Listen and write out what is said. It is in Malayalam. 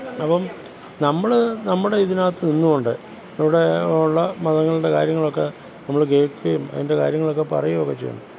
അപ്പം നമ്മൾ നമ്മുടെ ഇതിനകത്ത് നിന്നു കൊണ്ട് അവിടെ ഉള്ള മതങ്ങളുടെ കാര്യങ്ങളൊക്കെ നമ്മൾ കേൾക്കുകയും അതിന്റെ കാര്യങ്ങളൊക്കെ പറയുകയൊക്കെ ചെയ്യും